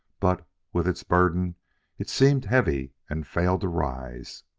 but with its burden it seemed heavy, and failed to rise.